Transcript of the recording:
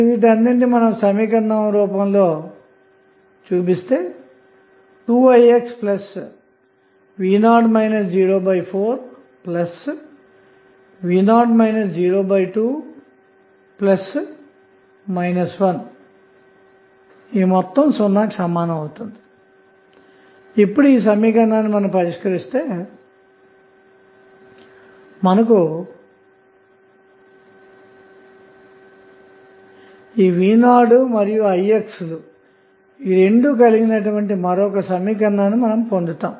2ixv0 04v0 02 10 ఇప్పుడు ఈ సమీకరణాన్ని పరిష్కరిస్తే మనం v 0 మరియుi x కలిగిన మరొక సమీకరణాన్ని పొందుతాము